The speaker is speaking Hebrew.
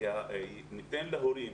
שההורים